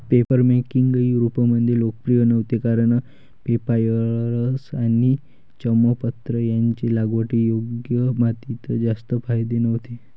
papermaking युरोपमध्ये लोकप्रिय नव्हती कारण पेपायरस आणि चर्मपत्र यांचे लागवडीयोग्य मातीत जास्त फायदे नव्हते